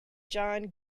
john